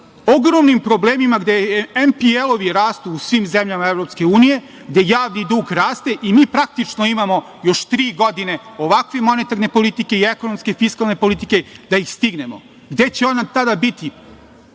ogromnim problemima gde je MPL rastu u svim zemljama EU gde javni dug raste i mi praktično imamo još tri godine ovakve monetarne politike i ekonomske i fiskalne politike da ih stignemo. Gde će ona tada biti,